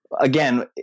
Again